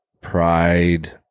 pride